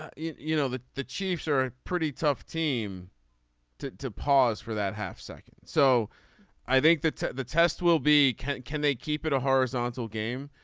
ah you know you know that the chiefs are pretty tough team to to pause for that half second. so i think that the test will be can can they keep it a horizontal game.